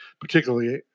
particularly